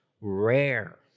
rare